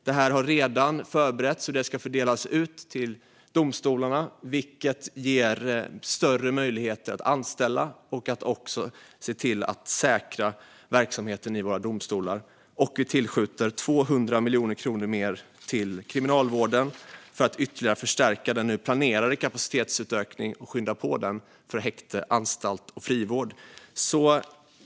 Det här har redan förberetts och ska fördelas ut till domstolarna, vilket ger större möjligheter att anställa och att säkra verksamheten. Vi tillskjuter 200 miljoner kronor mer till Kriminalvården för att ytterligare förstärka och skynda på den nu planerade kapacitetsutökningen för häkte, anstalt och frivård.